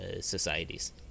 societies